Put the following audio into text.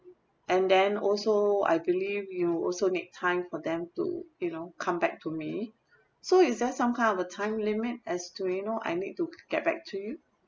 and then also I believe you also need time for them to you know come back to me so is there some kind of a time limit as to you know I need to get back to you